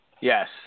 Yes